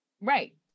Right